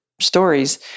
stories